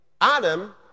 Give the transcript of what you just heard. Adam